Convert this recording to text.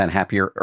Happier